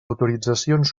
autoritzacions